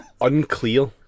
Unclear